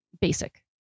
basic